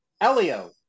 Elio